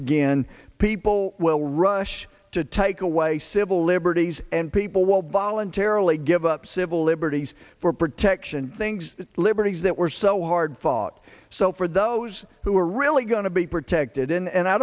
again people will rush to take away civil liberties and people will voluntarily give up civil liberties for protection things liberties that were so hard fought so for those who are really going to be protected and